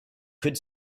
could